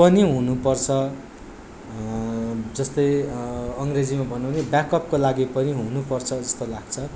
पनि हुनुपर्छ जस्तै अङ्ग्रेजीमा भन्नु हो भने ब्याकअपको लागि पनि हुनुपर्छ जस्तो लाग्छ